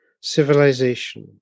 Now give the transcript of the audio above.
civilization